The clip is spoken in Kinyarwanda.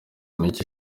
micye